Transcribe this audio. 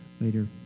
later